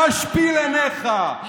תשפיל עיניך,